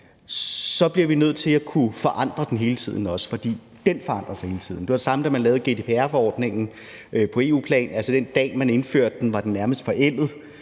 så bliver vi også nødt til at kunne forandre den hele tiden, fordi dén forandrer sig hele tiden. Det var det samme, da man lavede GDPR-forordningen på EU-plan – den dag, man indførte den, var den nærmest forældet,